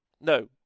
No